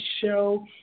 show